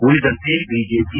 ಉಳಿದಂತೆ ಬಿಜೆಪಿ